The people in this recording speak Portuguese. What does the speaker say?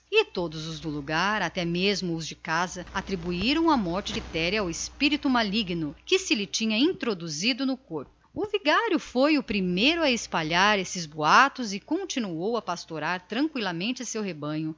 todos os do lugar até mesmo os de casa atribuíram a morte de quitéria ao espírito maligno que se lhe havia metido no corpo o vigário confirmava esses boatos e continuava a pastorar tranqüilamente o seu rebanho